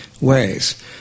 ways